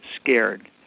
scared